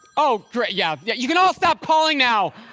oh great! yeah. yeah you can all stop calling now!